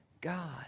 God